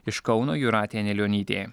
iš kauno jūratė anilionytė